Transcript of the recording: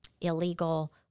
illegal